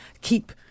keep